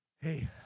hey